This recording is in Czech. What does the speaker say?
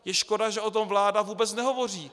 Je škoda, že o tom vláda vůbec nehovoří.